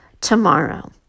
tomorrow